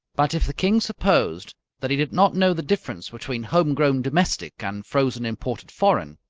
but if the king supposed that he did not know the difference between home-grown domestic and frozen imported foreign,